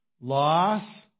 loss